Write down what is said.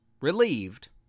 Relieved